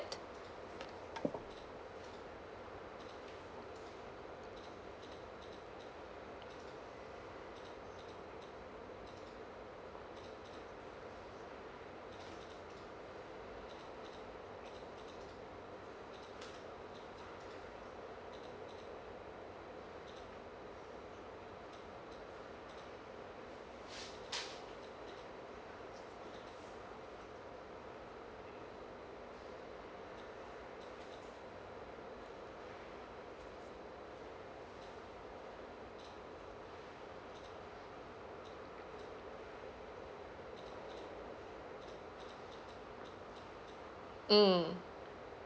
mm